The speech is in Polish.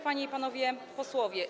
Panie i Panowie Posłowie!